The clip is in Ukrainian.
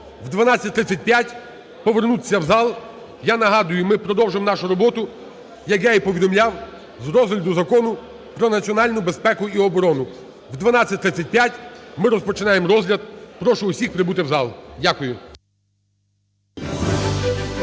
о 12:35 повернутися в зал. Я нагадую, ми продовжуємо нашу роботу, як я і повідомляв, з розгляду Закону про національну безпеку і оборону. О 12:35 ми розпочинаємо розгляд, прошу усіх прибути в зал. Дякую.